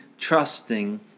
trusting